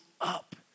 up